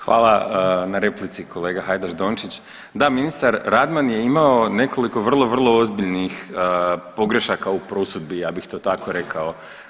Hvala na replici kolega Hajdaš Dončić, da ministar Radman je imao nekoliko vrlo, vrlo ozbiljnih pogrešaka u prosudbi ja bih to tako rekao.